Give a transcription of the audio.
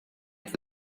with